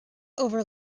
over